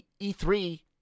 E3